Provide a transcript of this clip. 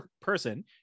person